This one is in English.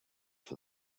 for